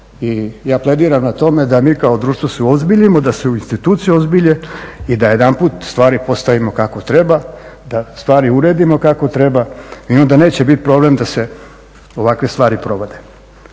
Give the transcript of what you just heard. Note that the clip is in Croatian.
i ja plediram na tome da mi kao društvo se uozbiljimo, da se institucije uozbilje i da jedanput stvari postavimo kako treba, da stvari uredimo kako treba i onda neće biti problem da se ovakve stvari provode.